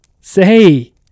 Say